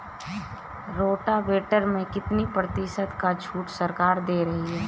Rotavator में कितनी प्रतिशत का छूट सरकार दे रही है?